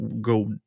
go